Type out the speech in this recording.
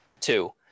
Two